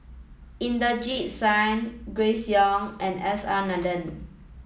Inderjit Singh Grace Young and S R Nathan